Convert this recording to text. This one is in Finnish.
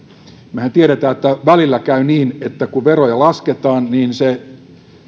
mehän tiedämme että välillä käy niin että kun veroja lasketaan niin se